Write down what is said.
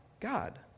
God